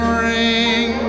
ring